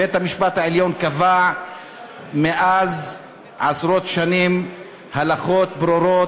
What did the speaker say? בית-המשפט העליון קבע מאז עשרות שנים הלכות ברורות,